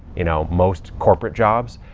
you know, most corporate jobs.